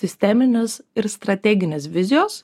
sisteminius ir strateginės vizijos